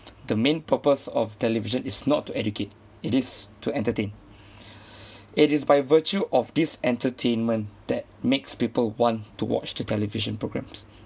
the main purpose of television is not to educate it is to entertain it is by virtue of this entertainment that makes people want to watch the television programmes